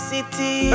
City